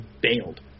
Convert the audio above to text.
bailed